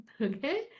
okay